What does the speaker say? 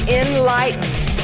enlightened